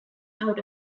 out